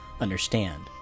understand